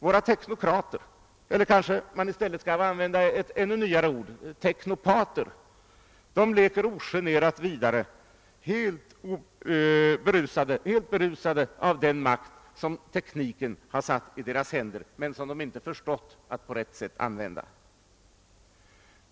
Våra teknokrater eller — för att använda ett ännu nyare ord — teknopater leker ogenerat vidare, helt berusade av den makt som tekniken har satt i deras händer men som de inte förstått att på rätt sätt använda.